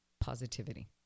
positivity